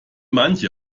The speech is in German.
manche